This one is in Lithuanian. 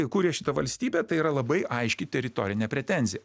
įkūrė šitą valstybę tai yra labai aiški teritorinė pretenzija